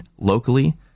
locally